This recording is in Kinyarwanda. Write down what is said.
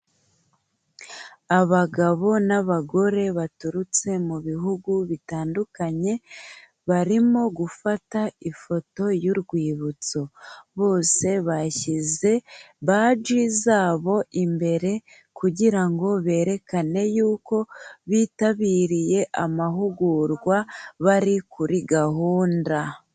Abagabo n'abagore baturutse mu bihugu bitandukanye, barimo gufata ifoto y'urwibutso, bose bashyize baji zabo imbere kugira ngo berekane yuko bitabiriye amahugurwa bari kuri gahunda.